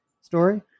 story